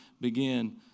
begin